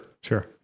sure